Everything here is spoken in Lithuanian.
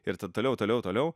ir ta toliau toliau toliau